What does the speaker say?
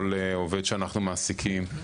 כל עובד שאנחנו מעסיקים,